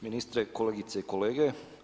Ministre, kolegice i kolege.